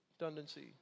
redundancy